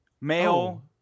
male